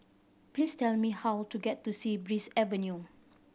please tell me how to get to Sea Breeze Avenue